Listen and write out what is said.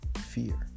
fear